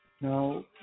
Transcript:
Now